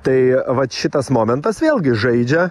tai vat šitas momentas vėlgi žaidžia